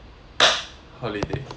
holiday